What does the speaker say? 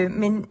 men